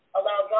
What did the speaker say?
allow